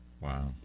Wow